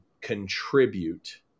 contribute